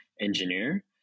engineer